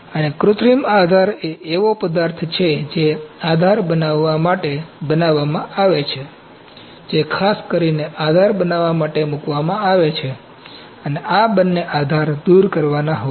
અને કૃત્રિમ આધાર એ એવો પદાર્થ છે જે આધાર બનાવવા માટે બનાવવામાં આવે છે જે ખાસ કરીને આધાર બનાવવા માટે મૂકવામાં આવે છે અને બંને આધાર દૂર કરવાના હોય છે